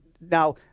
now